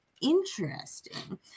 interesting